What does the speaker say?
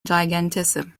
gigantism